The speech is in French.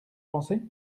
pensez